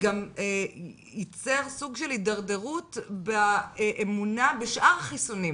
גם ייצר סוג של הידרדרות באמונה בשאר החיסונים.